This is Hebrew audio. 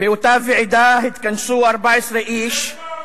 באותה ועידה התכנסו 14 איש,